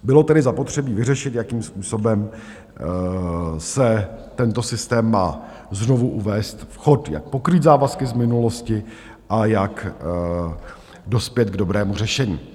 Bylo tedy zapotřebí vyřešit, jakým způsobem se tento systém má znovu uvést v chod, jak pokrýt závazky z minulosti a jak dospět k dobrému řešení.